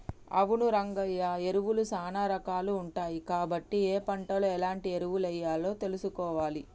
అవును రంగయ్య ఎరువులు సానా రాకాలు ఉంటాయి కాబట్టి ఏ పంటలో ఎలాంటి ఎరువులెయ్యాలో తెలుసుకోవాలి